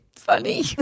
funny